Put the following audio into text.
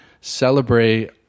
celebrate